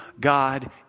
God